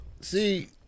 see